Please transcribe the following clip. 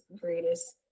greatest